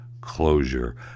closure